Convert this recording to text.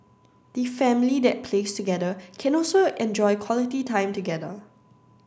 the family that plays together can also enjoy quality time together